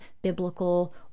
Biblical